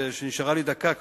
ונשארה לי דקה,